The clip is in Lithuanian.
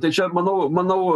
tai čia manau manau